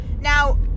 now